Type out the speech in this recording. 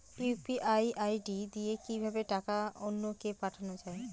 UPI ID দিয়ে কিভাবে টাকা অন্য কে পাঠানো যায়?